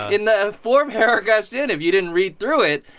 in the ah four paragraphs in, if you didn't read through it,